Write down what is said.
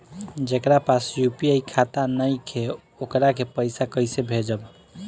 जेकरा पास यू.पी.आई खाता नाईखे वोकरा के पईसा कईसे भेजब?